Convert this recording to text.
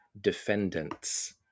defendants